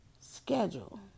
schedule